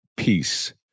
peace